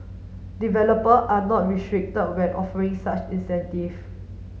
developer are not restricted when offering such incentive